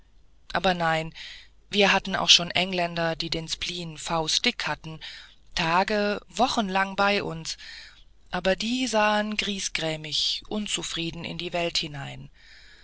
aber nein wir hatten auch schon engländer die den spleen faustdick hatten tage wochenlang bei uns aber die seien griesgrämig unzufrieden in die welt hinein